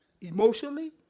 emotionally